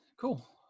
Cool